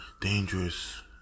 dangerous